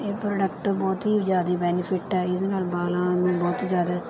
ਇਹ ਪ੍ਰੋਡਕਟ ਬਹੁਤ ਹੀ ਜ਼ਿਆਦਾ ਬੈਨੀਫਿਟ ਹੈ ਇਹਦੇ ਨਾਲ ਬਾਲਾਂ ਨੂੰ ਬਹੁਤ ਹੀ ਜ਼ਿਆਦਾ